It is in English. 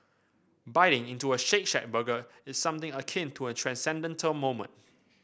biting into a Shake Shack burger is something akin to a transcendental moment